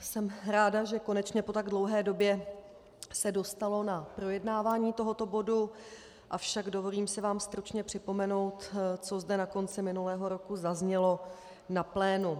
Jsem ráda, že konečně po tak dlouhé době se dostalo na projednávání tohoto bodu, avšak dovolím si vám stručně připomenout, co zde na konci minulého roku zaznělo na plénu.